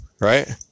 right